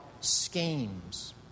schemes